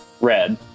Red